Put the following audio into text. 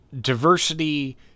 diversity